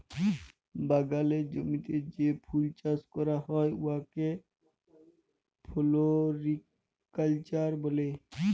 বাগালের জমিতে যে ফুল চাষ ক্যরা হ্যয় উয়াকে ফোলোরিকাল্চার ব্যলে